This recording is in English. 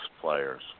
players